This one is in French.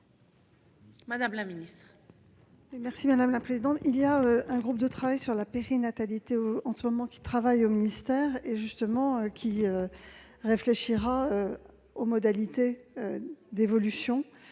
madame la ministre,